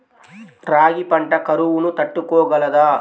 రాగి పంట కరువును తట్టుకోగలదా?